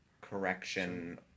correction